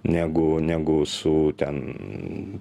negu negu su ten